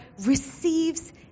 receives